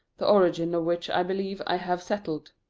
the origin of which, i believe, i have settled.